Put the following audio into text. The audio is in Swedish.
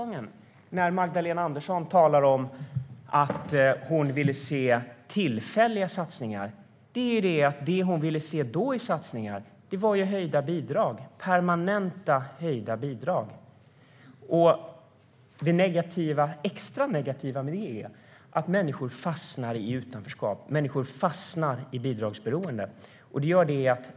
När Magdalena Andersson talar om att hon ville se tillfälliga satsningar är det roliga i kråksången att det som hon då ville se i satsningar var permanent höjda bidrag. Det extra negativa med det är att människor fastnar i utanförskap och bidragsberoende.